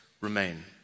remain